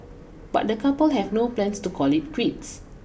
but the couple have no plans to call it quits